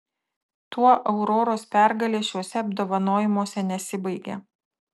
tuo auroros pergalės šiuose apdovanojimuose nesibaigė